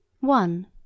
One